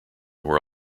were